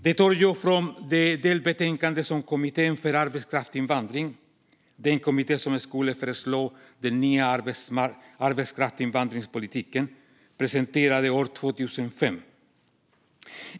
Jag tar det från det delbetänkande som Kommittén för arbetskraftsinvandring, den kommitté som skulle föreslå den nya arbetskraftsinvandringspolitiken, presenterade 2005.